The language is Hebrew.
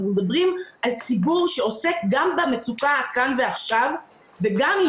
אנחנו מדברים על ציבור שעוסק במצוקה כאן ועכשיו וגם,